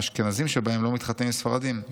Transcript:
האשכנזים שבהם לא מתחתנים עם ספרדים,